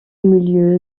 milieu